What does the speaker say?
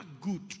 good